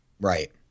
Right